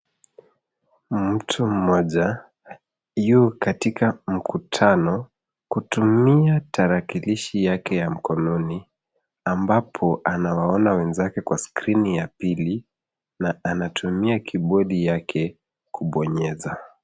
Mtu mmoja, yu katika mkutano kutumia tarakilishi yake ya mkononi ambapo anawaona wenzake kwa skrini ya pili na anatumia kiibodi yake kubonyeza.